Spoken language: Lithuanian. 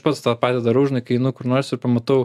pats tą patį darau žinai kai einu kur nors ir pamatau